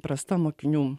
prasta mokinių